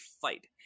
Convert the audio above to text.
fight